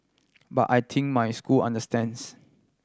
but I think my school understands